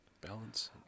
Balance